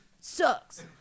sucks